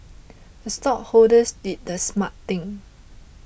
the stockholders did the smart thing